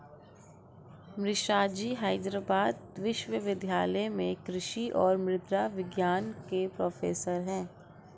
मिश्राजी हैदराबाद विश्वविद्यालय में कृषि और मृदा विज्ञान के प्रोफेसर हैं